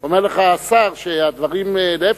אומר לך השר שהדברים, להיפך,